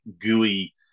gooey